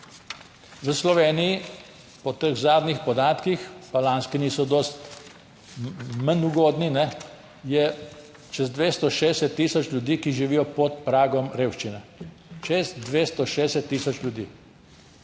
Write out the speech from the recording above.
V Sloveniji je po zadnjih podatkih, pa lanski niso dosti manj ugodni, čez 260 tisoč ljudi, ki živijo pod pragom revščine. Čez 260 tisoč ljudi.